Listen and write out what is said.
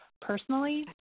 personally